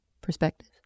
perspective